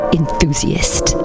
enthusiast